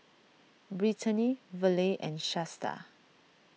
Britany Verle and Shasta